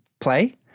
play